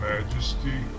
Majesty